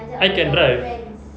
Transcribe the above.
I can drive